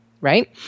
right